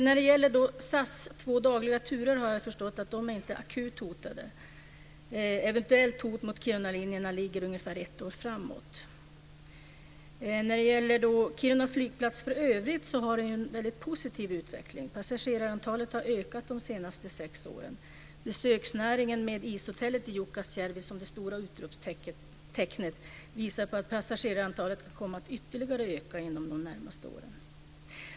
När det gäller SAS två dagliga turer har jag förstått att de inte är akut hotade. Eventuella hot mot Kirunalinjerna ligger ungefär ett år framåt. När det gäller Kiruna flygplats för övrigt har den en väldigt positiv utveckling. Passagerarantalet har ökat de senaste sex åren. Besöksnäringen, med Ishotellet i Jukkasjärvi som det stora utropstecknet, visar på att passagerarantalet kan komma att öka ytterligare inom de närmaste åren.